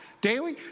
daily